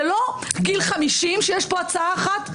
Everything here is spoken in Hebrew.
זה לא גיל 50 שיש פה הצעה אחת,